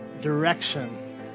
direction